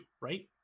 right